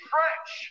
French